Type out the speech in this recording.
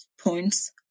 points